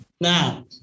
Now